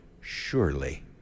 surely